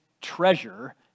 treasure